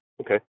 Okay